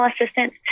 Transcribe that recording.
assistance